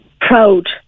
proud